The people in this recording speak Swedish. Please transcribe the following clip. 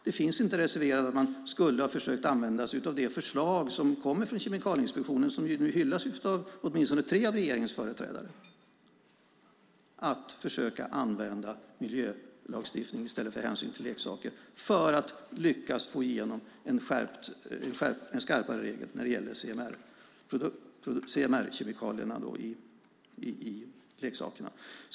Det finns inte redovisat att man har försökt använda sig av det förslag som kommer från Kemikalieinspektionen, som ju hyllas av åtminstone tre av regeringens företrädare, om att försöka använda miljölagstiftning i stället för hänsyn till leksaker för att lyckas få igenom skarpare regler när det gäller CMR-kemikalierna i leksaker.